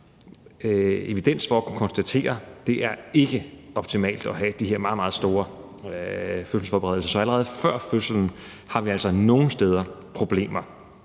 evidens for at kunne konstatere. Det er ikke optimalt at have de her meget, meget store fødselsforberedelseshold. Så allerede før fødslen har vi altså nogle steder problemer.